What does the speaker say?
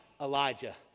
Elijah